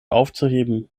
aufzuheben